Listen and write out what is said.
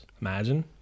Imagine